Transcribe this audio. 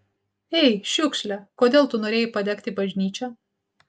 ei šiukšle kodėl tu norėjai padegti bažnyčią